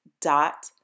dot